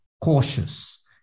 cautious